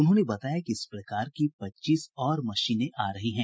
उन्होंने बताया कि इस प्रकार की पच्चीस और मशीनें आ रही हैं